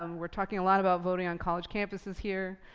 um we're talking a lot about voting on college campuses here,